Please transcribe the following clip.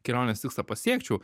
kelionės tikslą pasiekčiau